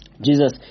jesus